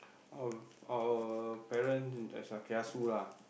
oh our parents kiasu lah